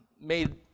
made